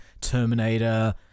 Terminator